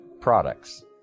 products